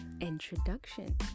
introduction